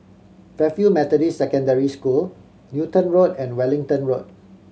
Fairfield Methodist Secondary School Newton Road and Wellington Road